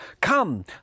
Come